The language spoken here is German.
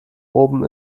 oben